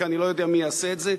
כי אני לא יודע מי יעשה את זה,